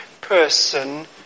person